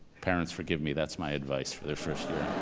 parents forgive me, that's my advice for their first